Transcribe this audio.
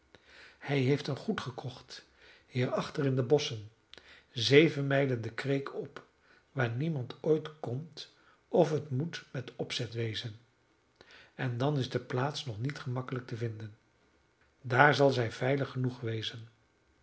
hij heeft een goed gekocht hierachter in de bosschen zeven mijlen de kreek op waar niemand ooit komt of het moet met opzet wezen en dan is de plaats nog niet gemakkelijk te vinden daar zal zij veilig genoeg wezen